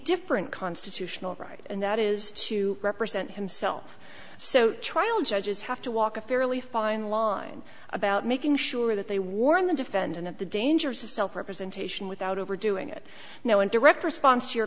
different constitutional right and that is to represent himself so trial judges have to walk a fairly fine line about making sure that they warn the defendant of the dangers of self representation without overdoing it now in direct response to your